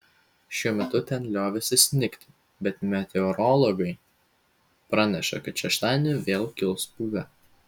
šiuo metu ten liovėsi snigti bet meteorologai praneša kad šeštadienį vėl kils pūga